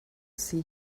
see